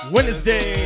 Wednesday